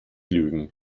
lügen